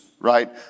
right